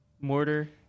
Mortar